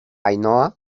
ainhoa